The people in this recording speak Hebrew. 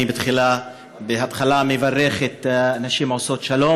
אני תחילה מברך את נשים עושות שלום